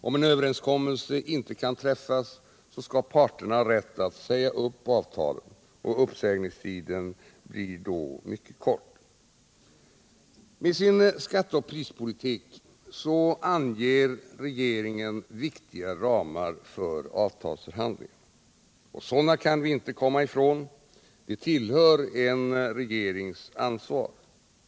Om en överenskommelse inte kan träffas, skall parterna ha rätt att säga upp avtalen. Uppsägningstiden blir då mycket kort. Med sin skatteoch prispolitik anger regeringen viktiga ramar för avtalsförhandlingarna. Sådana kan vi inte komma ifrån. Det tillhör en regerings ansvar att sätta upp dessa ramar.